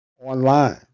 online